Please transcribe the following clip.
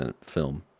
film